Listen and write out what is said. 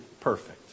perfect